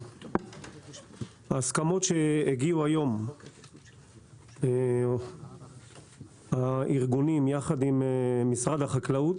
ההסכמות שהגיעו אליהן היום הארגונים יחד עם משרד החקלאות,